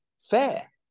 fair